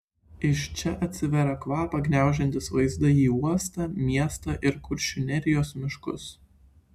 iš čia atsiveria kvapą gniaužiantys vaizdai į uostą miestą ir kuršių nerijos miškus